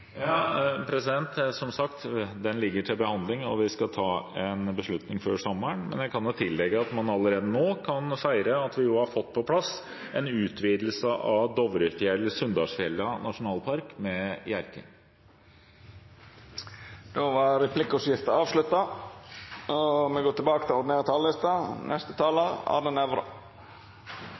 som sagt til behandling, og vi skal ta en beslutning før sommeren. Men jeg kan tillegge at man allerede nå kan feire at vi har fått på plass en utvidelse av Dovrefjell–Sunndalsfjella nasjonalpark, med Hjerkinn. Replikkordskiftet er avslutta.